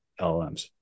LLMs